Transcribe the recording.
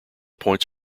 points